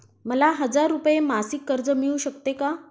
मला हजार रुपये मासिक कर्ज मिळू शकते का?